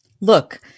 Look